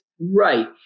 right